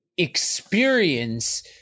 Experience